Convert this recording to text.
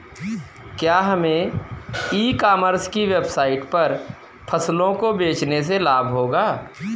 क्या हमें e commerce की वेबसाइट पर फसलों को बेचने से लाभ होगा?